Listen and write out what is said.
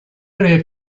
area